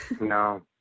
no